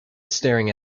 staring